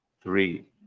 three